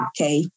Okay